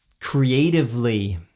creatively